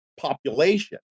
population